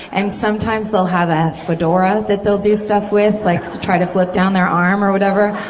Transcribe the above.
and sometimes they'll have a fedora that they'll do stuff with, like try to slip down their arm or whatever.